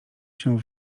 się